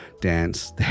dance